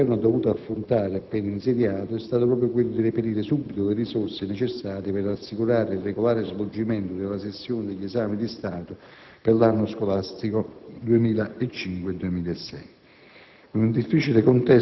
Uno dei problemi che il Governo ha dovuto affrontare appena insediato è stato proprio quello di reperire subito le risorse necessarie per assicurare il regolare svolgimento della sessione degli esami di Stato per l'anno scolastico 2005-2006.